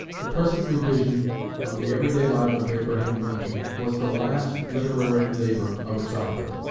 the present revision of the every-day life of abraham lincoln was the last literary labor of its author.